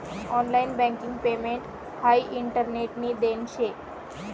online banking payment हाई इंटरनेटनी देन शे